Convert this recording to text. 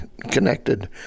connected